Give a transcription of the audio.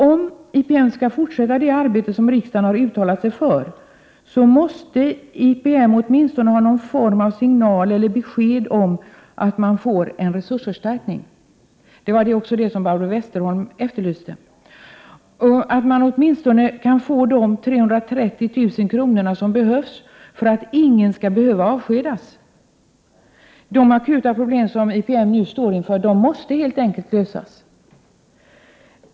Om IPM skall fortsätta det arbete som riksdagen har uttalat sig för, måste IPM åtminstone få någon form av signal eller besked om en resursförstärk ning. Även Barbro Westerholm efterlyste detta. Åtminstone skall IPM få de Prot. 1988/89:123 330 000 kr. som behövs för att ingen skall behöva avskedas. 29 maj 1989 De akuta problem som IPM nu står inför måste helt enkelt lösas.